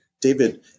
David